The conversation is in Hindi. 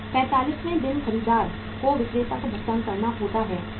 45 वें दिन खरीदार को विक्रेता को भुगतान करना होता है एक